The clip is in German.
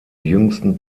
jüngsten